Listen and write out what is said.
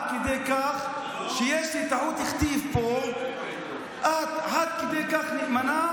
עד כדי כך שיש לי טעות כתיב פה ואת עד כדי כך נאמנה